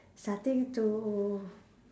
starting to